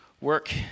work